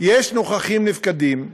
יש נוכחים-נפקדים,